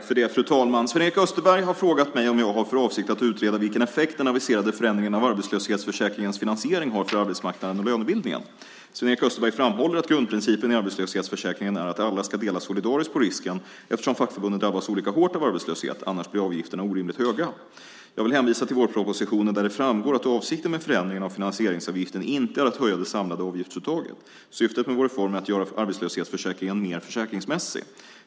Fru talman! Sven-Erik Österberg har frågat mig om jag har för avsikt att utreda vilken effekt den aviserade förändringen av arbetslöshetsförsäkringens finansiering har för arbetsmarknaden och lönebildningen. Sven-Erik Österberg framhåller att grundprincipen i arbetslöshetsförsäkringen är att alla ska dela solidariskt på risken eftersom fackförbunden drabbas olika hårt av arbetslöshet. Annars blir avgifterna orimligt höga. Jag vill hänvisa till vårpropositionen där det framgår att avsikten med förändringen av finansieringsavgiften inte är att höja det samlade avgiftsuttaget. Syftet med vår reform är att göra arbetslöshetsförsäkringen mer försäkringsmässig.